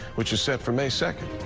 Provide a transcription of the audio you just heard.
which is set for may second.